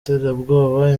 iterabwoba